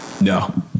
No